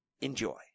enjoy